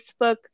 Facebook